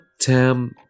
Tam